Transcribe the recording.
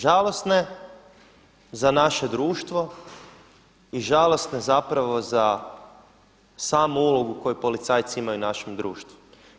Žalosne za naše društvo i žalosne zapravo za samu ulogu koju policajci imaju u našem društvu.